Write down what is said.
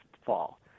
Fall